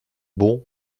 bons